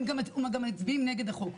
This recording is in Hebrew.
הם גם מצביעים נגד החוק.